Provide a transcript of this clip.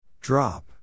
Drop